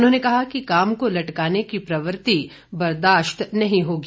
उन्होंने कहा कि काम को लटकाने की प्रवृत्ति बर्दाश्त नहीं होगी